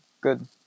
good